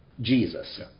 Jesus